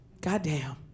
goddamn